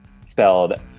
spelled